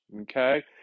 okay